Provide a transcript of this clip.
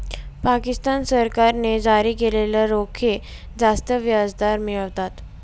पाकिस्तान सरकारने जारी केलेले रोखे जास्त व्याजदर मिळवतात